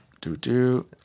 Do-do